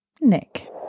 Nick